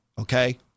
okay